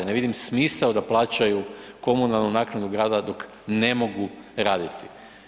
Ne vidim smisao da plaćaju komunalnu naknadu gradova dok ne mogu raditi.